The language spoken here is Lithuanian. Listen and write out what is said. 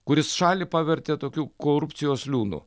kuris šalį pavertė tokiu korupcijos liūnu